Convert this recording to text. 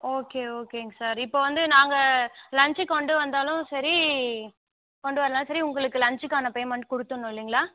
okay ஓகேங்க sir இப்போ வந்து நாங்கள் லஞ்ச் கொண்டுவந்தாலும் சரி கொண்டுவர்லனாலும் சரி உங்களுக்கு லஞ்சிகாண பேமெண்ட் கொடுத்துட்ணு இல்லைங்களா